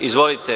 Izvolite.